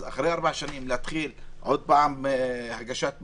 אז אחרי ארבע שנים להתחיל עוד פעם הגשת בקשה,